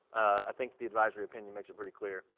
i think the advisory opinion makes it pretty clear,